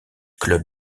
clubs